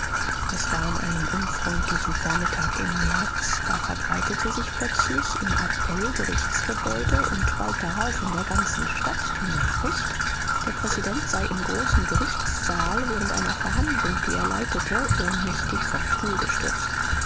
es war an einem unfreundlichen vormittag im märz da verbreitete sich plötzlich im appellgerichtsgebäude und bald darauf in der ganzen stadt die nachricht der präsident sei im großen gerichtssaal während einer verhandlung die er leitete ohnmächtig vom stuhl gestürzt